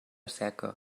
seca